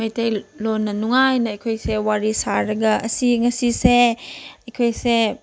ꯃꯩꯇꯩꯂꯣꯟꯅ ꯅꯨꯡꯉꯥꯏꯅ ꯑꯩꯈꯣꯏꯁꯦ ꯋꯥꯔꯤ ꯁꯥꯔꯒ ꯑꯁꯤ ꯉꯁꯤꯁꯦ ꯑꯩꯈꯣꯏꯁꯦ